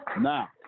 Now